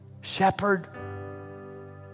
Shepherd